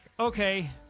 Okay